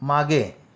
मागे